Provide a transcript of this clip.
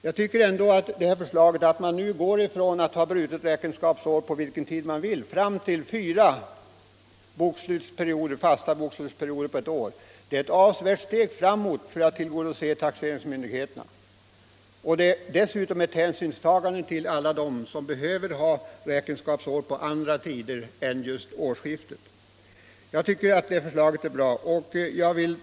Jag tycker ändå att detta förslag, som innebär att man går ifrån att ha brutet räkenskapsår på vilken tid man vill som nu gäller och fram till fyra fasta bokslutsperioder på ett år, är ett avsevärt steg framåt för att tillgodose taxeringsmyndigheterna. Dessutom är det ett hänsynstagande till alla dem som behöver ha räkenskapsår på andra tider än just årsskiftet. Jag tycker att förslaget är godtagbart med hänsyn till omständigheterna.